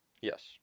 Yes